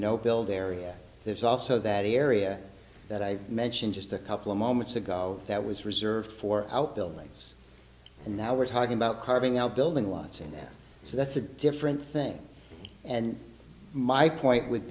no build area there's also that area that i mentioned just a couple of moments ago that was reserved for out buildings and now we're talking about carving out building lights in that so that's a different thing and my point would